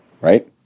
right